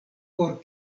por